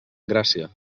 gràcia